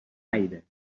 aire